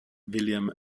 william